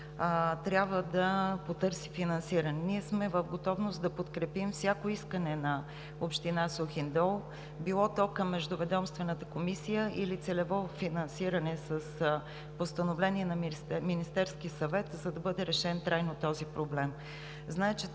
трябва да потърси финансиране. Ние сме в готовност да подкрепим всяко искане на община Сухиндол – било то към Междуведомствената комисия или целево финансиране с Постановление на Министерския съвет, за да бъде решен трайно този проблем. Знаете,